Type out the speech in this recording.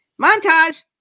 Montage